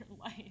life